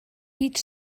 beach